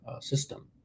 system